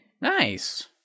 Nice